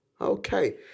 okay